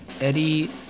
Eddie